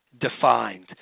defined